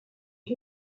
les